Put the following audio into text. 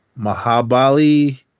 Mahabali